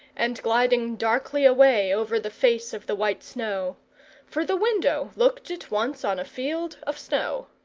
and gliding darkly away over the face of the white snow for the window looked at once on a field of snow.